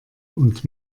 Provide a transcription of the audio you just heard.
und